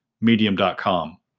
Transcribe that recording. medium.com